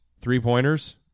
three-pointers